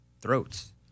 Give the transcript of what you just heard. throats